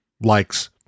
likes